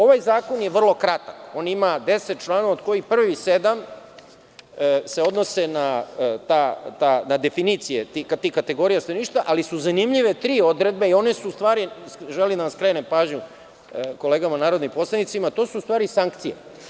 Ovaj zakon je vrlo kratak, on ima deset članova od kojih prvih sedam se odnose na definicije tih kategorija stanovništva, ali su zanimljive tri odredbe, i one su u stvari, želim da vam skrenem pažnju, kolegama narodnim poslanicima, to su u stvari sankcije.